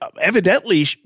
evidently